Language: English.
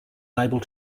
unable